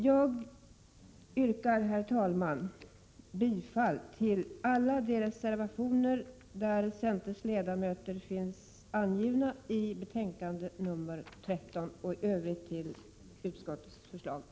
Herr talman! Jag yrkar bifall till alla de reservationer i betänkande 13 där centerns ledamöter finns angivna och i övrigt till utskottets hemställan.